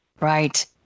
Right